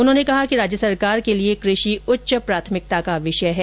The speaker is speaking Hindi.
उन्होंने कहा कि राज्य सरकार के लिए कृषि उच्च प्राथमिकता का विषय है